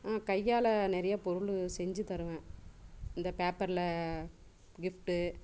கையால் நிறைய பொருள் செஞ்சு தருவேன் இந்த பேப்பரில் கிஃப்ட்டு